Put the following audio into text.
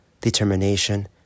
determination